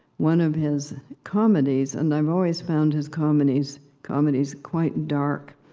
one of his comedies and i've always found his comedies comedies quite dark.